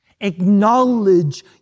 Acknowledge